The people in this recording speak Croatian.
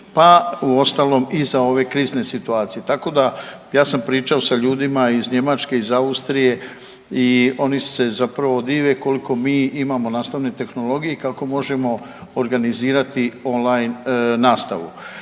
pa u ostalom i za ove krizne situacije. Tako da ja sam pričao sa ljudima iz Njemačke, iz Austrije i oni se zapravo dive koliko mi imamo nastavne tehnologije i kako možemo organizirati online nastavu.